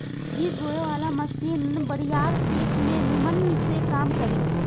बीज बोवे वाला मशीन बड़ियार खेत में निमन से काम करी